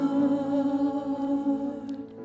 Lord